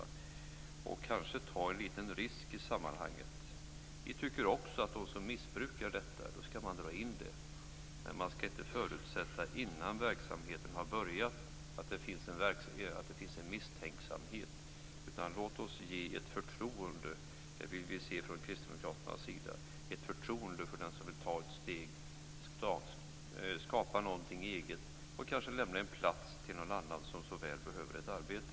Man måste kanske ta en liten risk i sammanhanget. Vi tycker att man skall dra in F-skattsedeln för den som missbrukar den, men det skall inte finnas en misstänksamhet innan verksamheten har börjat. Låt oss visa företagarna att vi har förtroende för dem. Det vill vi se från Kristdemokraternas sida. Vi måste känna förtroende för den som vill skapa någonting eget och kanske lämna en plats till någon som behöver ett arbete.